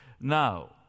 Now